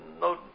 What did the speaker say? no